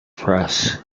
press